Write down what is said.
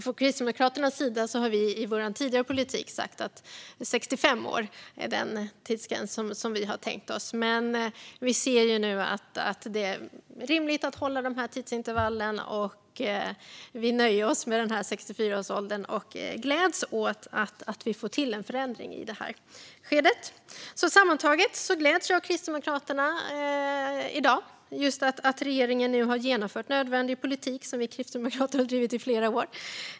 Från Kristdemokraternas sida har vi i vår tidigare politik sagt att 65 år är den tidsgräns som vi har tänkt oss. Men vi ser nu att det är rimligt att hålla dessa tidsintervall, och vi nöjer oss med 64-årsgränsen och gläds åt att vi får till en förändring i det här skedet. Sammantaget gläds jag och Kristdemokraterna i dag åt att regeringen nu har genomfört nödvändig politik som vi kristdemokrater har drivit i flera år.